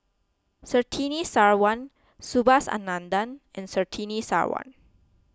Surtini Sarwan Subhas Anandan and Surtini Sarwan